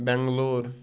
Bangalore